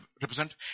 represent